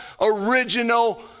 original